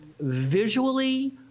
visually